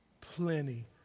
plenty